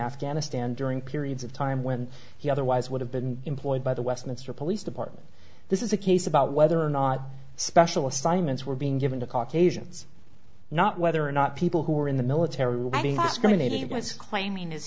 afghanistan during periods of time when he otherwise would have been employed by the westminster police department this is a case about whether or not special assignments were being given to caucasians not whether or not people who were in the military w